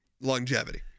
longevity